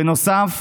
בנוסף,